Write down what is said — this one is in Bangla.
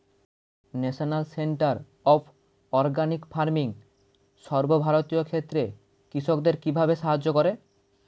National centre of organic farming সর্বভারতীয় ক্ষেত্রে কৃষকদের কিভাবে সাহায্য করে?